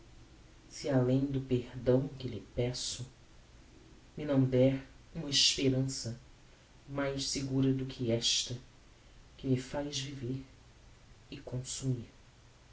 se além do perdão que lhe peço ma não der uma esperança mais segura do que esta que me faz viver e consumir